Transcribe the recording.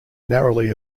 narrowly